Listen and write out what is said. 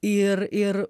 ir ir